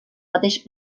mateix